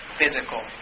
physical